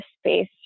space